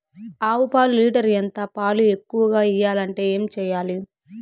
ఆవు పాలు లీటర్ ఎంత? పాలు ఎక్కువగా ఇయ్యాలంటే ఏం చేయాలి?